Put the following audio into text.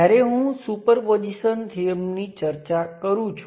તેથી આ એક પોર્ટ સર્કિટ અથવા એક પોર્ટ નેટવર્ક મહત્વનું છે